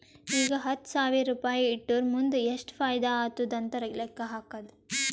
ಈಗ ಹತ್ತ್ ಸಾವಿರ್ ರುಪಾಯಿ ಇಟ್ಟುರ್ ಮುಂದ್ ಎಷ್ಟ ಫೈದಾ ಆತ್ತುದ್ ಅಂತ್ ಲೆಕ್ಕಾ ಹಾಕ್ಕಾದ್